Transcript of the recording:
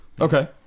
Okay